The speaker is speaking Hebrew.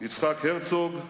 יצחק הרצוג,